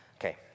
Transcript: Okay